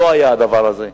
לא היה הדבר הזה.